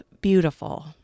beautiful